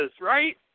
right